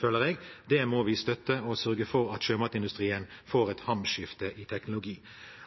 føler jeg. Det må vi støtte, og vi må sørge for at sjømatindustrien får et hamskifte i teknologi.